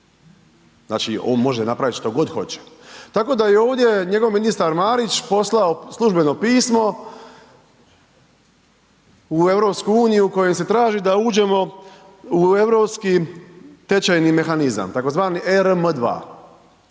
znači on može napraviti što god hoće, tako da je ovdje njegov ministar Marić poslao službeno pismo u EU kojim se traži da uđemo u europski tečajni mehanizam, tzv. ERM 2.